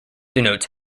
denotes